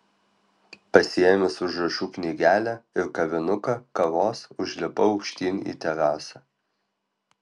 pasiėmęs užrašų knygelę ir kavinuką kavos užlipau aukštyn į terasą